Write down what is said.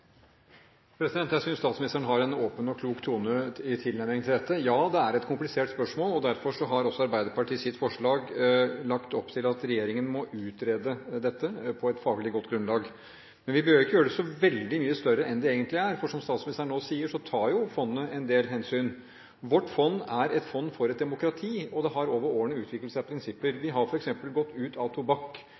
er et komplisert spørsmål, og derfor har også vi i Arbeiderpartiet i vårt forslag lagt opp til at regjeringen må utrede dette på et faglig godt grunnlag. Men vi behøver ikke gjøre det så veldig mye større enn det egentlig er, for som statsministeren nå sier, tar jo fondet en del hensyn. Vårt fond er et fond for et demokrati, og det har over årene utviklet seg prinsipper. Vi har f.eks. gått ut av tobakk.